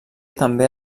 també